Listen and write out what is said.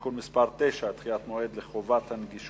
(תיקון מס' 9) (דחיית המועד לחובת הנגישות),